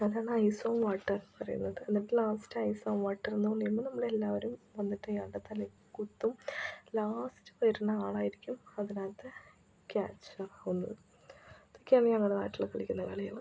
അതാണൈസോ water പറയണത് എന്നിട്ട് ലാസ്റ്റൈസോ വാട്ടറെന്നു പറഞ്ഞു നമ്മൾ എല്ലാവരും വന്നിട്ടിയാളുടെ തലക്ക് കുത്തും ലാസ്റ്റ് വരുന്ന ആളായിരിക്കും അതിനകത്തു ക്യാച്ചാകുന്നത് ഇതൊക്കെയാണ് ഞങ്ങളുടെ നാട്ടിൽ കളിക്കുന്ന കളികൾ